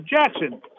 Jackson